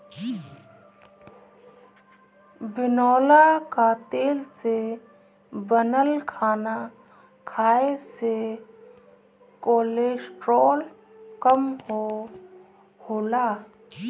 बिनौला कअ तेल से बनल खाना खाए से कोलेस्ट्राल कम होला